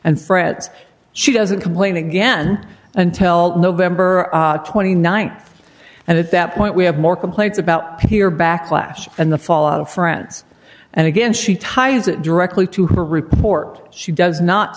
and threats she doesn't complain again until november th and at that point we have more complaints about peer backlash and the fallout of friends and again she ties it directly to her report she does not